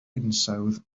hinsawdd